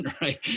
right